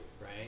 right